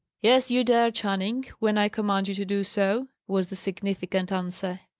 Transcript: yes, you dare, channing, when i command you to do so, was the significant answer.